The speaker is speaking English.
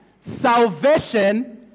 salvation